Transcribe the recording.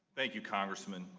take you congressman,